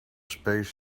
space